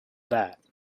that